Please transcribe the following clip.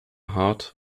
hart